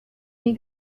nie